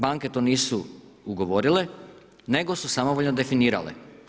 Banke to nisu ugovorile, nego su samovoljno definirale.